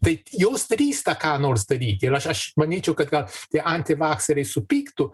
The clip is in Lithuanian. tai jos drįsta ką nors daryti ir aš aš manyčiau kad gal tie antivakseriai supyktų